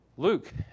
Luke